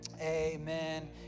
amen